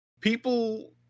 People